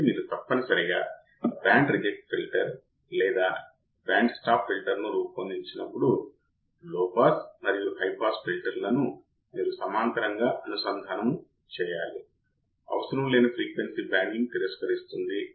కాబట్టి మీరు ఇదే విధమైన ప్రయోగం చేస్తే కొంత వోల్టేజ్ మిల్లివోల్ట్లలో ఉన్నట్లు మీరు చూస్తారు మీరు ఈ 2 3 6 7 4 ఇలా వ్రాస్తే ఆప్ ఆంప్ యొక్క అవుట్పుట్ టెర్మినల్ మీకు కనిపిస్తుంది